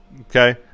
Okay